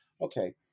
okay